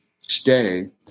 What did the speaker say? stay